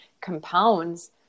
compounds